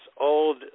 old